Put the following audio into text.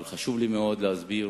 אבל חשוב לי מאוד להסביר